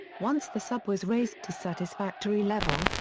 once the sub was raised to satisfactory level,